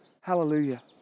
Hallelujah